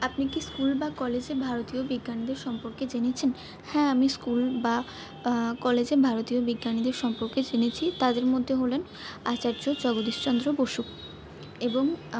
আপনি কি স্কুল বা কলেজে ভারতীয় বিজ্ঞানীদের সম্পর্কে জেনেছেন হ্যাঁ আমি স্কুল বা কলেজে ভারতীয় বিজ্ঞানীদের সম্পর্কে জেনেছি তাদের মধ্যে হলেন আচার্য জগদীশচন্দ্র বসু এবং